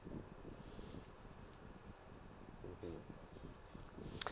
mmhmm